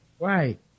Right